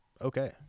okay